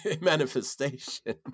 manifestation